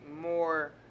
more